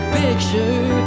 picture